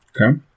Okay